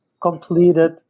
completed